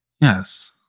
Yes